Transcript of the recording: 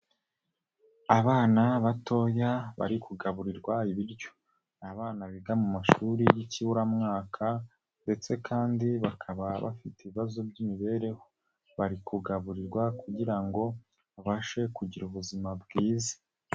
Abana batoya bari kugaburirwa ibiryo ni abana biga mu mashuri y'ikiburamwaka ndetse kandi bakaba bafite ibibazo by'imibereho, bari kugaburirwa kugira ngo babashe kugira ubuzima bwiza.